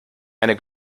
eine